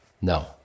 no